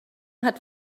hat